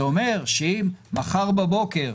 זה אומר שאם מחר בבוקר,